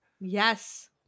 Yes